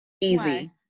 easy